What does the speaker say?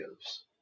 gives